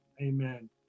Amen